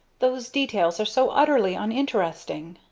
those details are so utterly uninteresting.